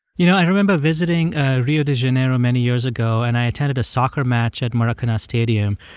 you know, i remember visiting rio de janeiro many years ago. and i attended a soccer match at maracana stadium.